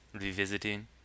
revisiting